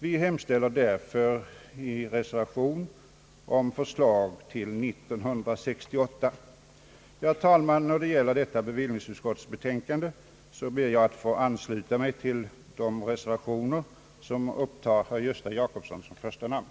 Vi hemställer därför i reservation om förslag till 1968 års riksdag. Beträffande bevillningsutskottets betänkande kommer jag att ansluta mig till de reservationer som upptar herr Gösta Jacobsson som första namn.